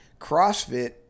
CrossFit